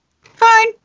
fine